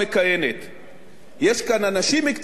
יש כאן אנשים מקצועיים, פקידים מקצועיים,